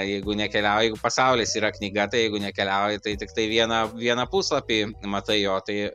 jeigu nekeliauji jeigu pasaulis yra knyga tai jeigu nekeliauji tai tiktai vieną vieną puslapį matai o tai